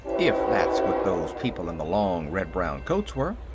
if that's what those people in the long red-brown coats were?